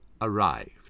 arrived